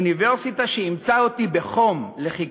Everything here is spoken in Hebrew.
אוניברסיטה שאימצה אותי בחום לחיקה.